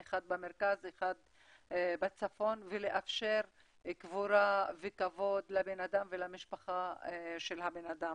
אחד במרכז ואחד בצפון ולאפשר קבורה וכבוד לבן אדם ולמשפחה של האדם.